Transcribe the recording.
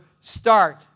start